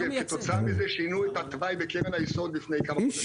וכתוצאה מזה שינו את התוואי בקרן היסוד לפני כמה חודשים.